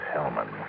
Hellman